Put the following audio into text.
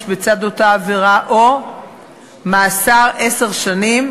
בצד אותה עבירה או מאסר עשר שנים,